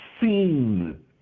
seen